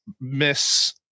miss